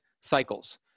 cycles